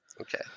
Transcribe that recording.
Okay